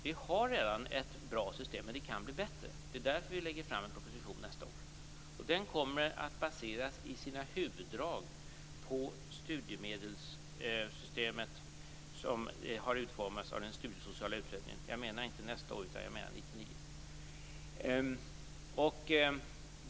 Vi har redan ett bra system, men det kan bli bättre. Det är därför som vi 1999 lägger fram en proposition som i sina huvuddrag kommer att baseras på det studiemedelssystem som har utformats av Studiesociala utredningen.